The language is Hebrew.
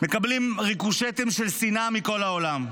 מקבלים ריקושטים של שנאה מכל העולם,